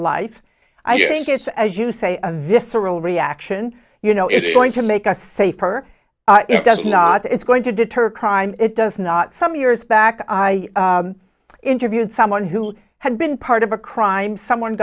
life i think it's as you say a visceral reaction you know it's going to make us safer it does not it's going to deter crime it does not some years back i interviewed someone who had been part of a crime someone